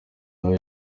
nawe